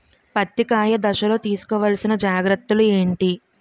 పత్తి కాయ దశ లొ తీసుకోవల్సిన జాగ్రత్తలు ఏంటి?